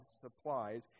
supplies